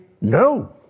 no